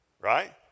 Right